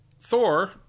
Thor